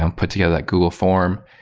um put together like google form.